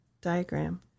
diagram